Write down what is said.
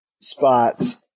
spots